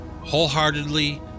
wholeheartedly